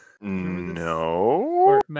no